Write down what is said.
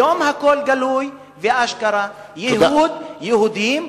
היום הכול גלוי, ואשכרה, ייהוד, יהודים.